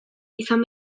izan